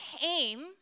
came